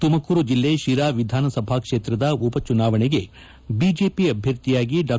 ತುಮಕೂರು ಜಿಲ್ಲೆ ಶಿರಾ ವಿಧಾನಸಭಾ ಕ್ಷೇತ್ರದ ಉಪ ಚುನಾವಣೆಗೆ ಬಿಜೆಪಿ ಅಭ್ಯರ್ಥಿಯಾಗಿ ಡಾ